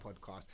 podcast